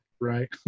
right